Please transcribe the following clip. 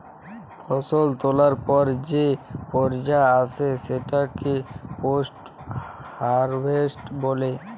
ফসল তোলার পর যে পর্যা আসে সেটাকে পোস্ট হারভেস্ট বলে